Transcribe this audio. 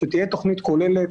שתהיה תוכנית כוללת,